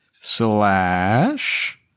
Slash